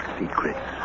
secrets